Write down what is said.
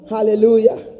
Hallelujah